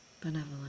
benevolent